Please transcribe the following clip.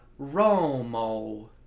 Romo